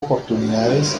oportunidades